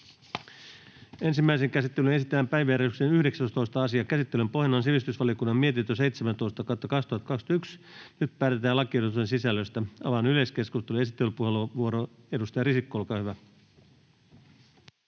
Ensimmäiseen käsittelyyn esitellään päiväjärjestyksen 19. asia. Käsittelyn pohjana on sivistysvaliokunnan mietintö SiVM 17/2021 vp. Nyt päätetään lakiehdotusten sisällöstä. — Avaan yleiskeskustelun. Esittelypuheenvuoro, edustaja Risikko, olkaa hyvä.